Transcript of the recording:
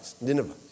Nineveh